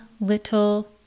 little